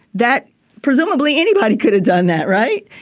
that presumably anybody could have done that right.